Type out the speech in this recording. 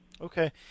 Okay